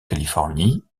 californie